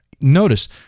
notice